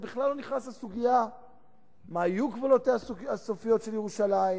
זה בכלל לא נכנס לסוגיה מה יהיו גבולותיה הסופיים של ירושלים,